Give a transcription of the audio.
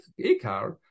ikar